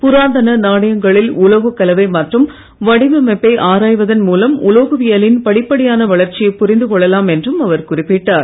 புராதன நாணயங்களின் உலோகக் கலவை மற்றும் வடிவமைப்பை ஆராய்வதன் மூலம் உலோகவியலின் படிப்படியான வளர்ச்சியை புரிந்து கொள்ளலாம் என்றும் அவர் குறிப்பிட்டார்